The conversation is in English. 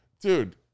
Dude